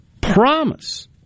promise